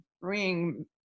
bring